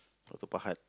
Batu-Pahat